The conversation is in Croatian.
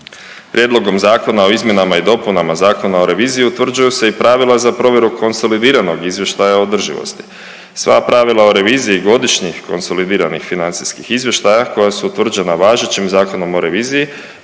Prijedlogom zakona o izmjenama i dopunama Zakona o reviziji utvrđuju se i pravila za provjeru konsolidiranog izvještaja o održivosti. Sva pravila o reviziji godišnjih konsolidiranih financijskih izvještaja koji su utvrđena važećim Zakonom o reviziji,